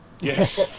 Yes